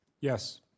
Yes